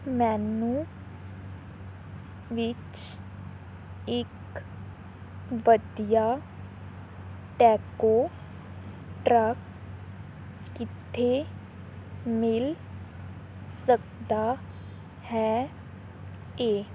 ਮੈਨੂੰ ਵਿੱਚ ਇੱਕ ਵਧੀਆ ਟੈਕੋ ਟਰੱਕ ਕਿੱਥੇ ਮਿਲ ਸਕਦਾ ਹੈ ਏ